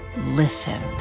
listen